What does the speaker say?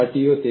સપાટીઓ